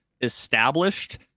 established